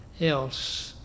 else